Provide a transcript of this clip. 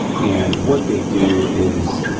and what they do is,